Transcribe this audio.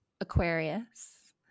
Aquarius